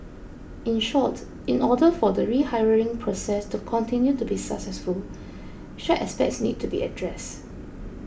in short in order for the rehiring process to continue to be successful such aspects need to be addressed